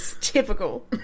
Typical